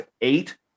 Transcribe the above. eight